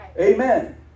amen